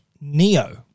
Neo